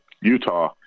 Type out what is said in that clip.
Utah